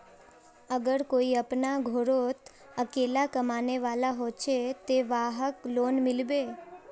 अगर कोई अपना घोरोत अकेला कमाने वाला होचे ते वहाक लोन मिलबे?